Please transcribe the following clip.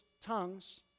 tongues